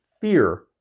fear